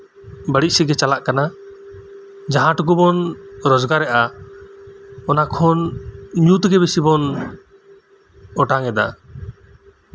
ᱵᱟᱹᱲᱤᱡ ᱥᱮᱫ ᱜᱮ ᱪᱟᱞᱟᱜ ᱠᱟᱱᱟ ᱡᱟᱦᱟᱸ ᱴᱩᱠᱩ ᱵᱚᱱ ᱨᱳᱡᱽᱜᱟᱨᱮᱫᱼᱟ ᱚᱱᱟ ᱠᱷᱚᱱ ᱧᱩ ᱛᱮᱜᱮ ᱵᱤᱥᱤ ᱵᱚᱱ ᱚᱴᱟᱝᱮᱫᱟ